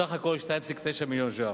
סך הכול, 2.9 מיליארד ש"ח,